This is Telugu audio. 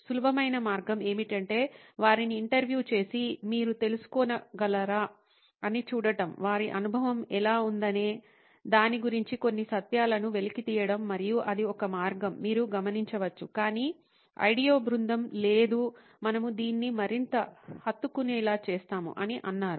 సులభమైన మార్గం ఏమిటంటే వారిని ఇంటర్వ్యూ చేసి మీరు తెలుసుకోగలరా అని చూడటం వారి అనుభవం ఎలా ఉందనే దాని గురించి కొన్ని సత్యాలను వెలికి తీయడం మరియు అది ఒక మార్గం మీరు గమనించవచ్చు కానీ ఐడియో బృందం "లేదు మనము దీన్ని మరింత హత్తుకునేలా చేస్తాము" అని అన్నారు